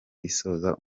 isoza